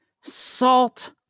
Salt